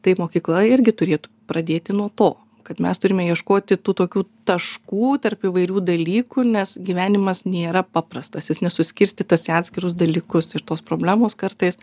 tai mokykla irgi turėtų pradėti nuo to kad mes turime ieškoti tų tokių taškų tarp įvairių dalykų nes gyvenimas nėra paprastas jis nesuskirstytas į atskirus dalykus ir tos problemos kartais